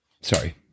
Sorry